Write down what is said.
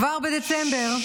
כבר בחודש דצמבר,